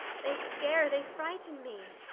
they scare, they frighten me!